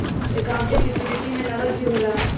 accounting liquidity में नकद भी होला